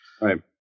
Right